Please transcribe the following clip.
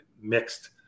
mixed